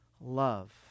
love